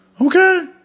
okay